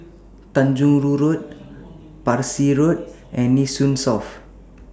Tanjong Rhu Road Parsi Road and Nee Soon South